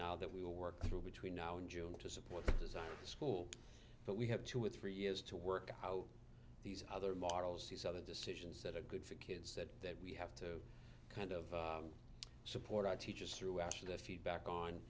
now that we will work through between now and june to support the design of the school but we have two or three years to work out these other models these other decisions that are good for kids that we have to kind of support our teachers through after the feedback on